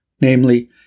namely